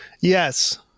Yes